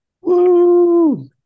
Woo